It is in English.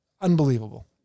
unbelievable